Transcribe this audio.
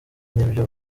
n’ibyo